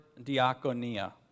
diakonia